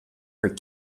her